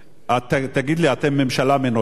תגיד לי, אתם ממשלה מנותקת?